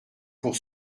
pour